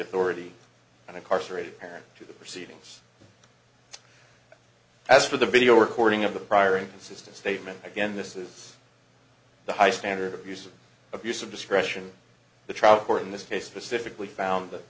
authority and incarcerated parent to the proceedings as for the video recording of the prior inconsistent statement again this is the high standard of use of abuse of discretion the trial court in this case specifically